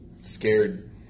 scared